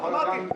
אמרתי,